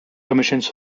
commissions